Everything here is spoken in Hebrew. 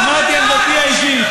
אמרתי "עמדתי האישית".